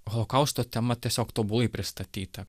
holokausto tema tiesiog tobulai pristatyta